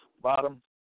bottom